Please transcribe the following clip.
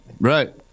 right